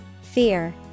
Fear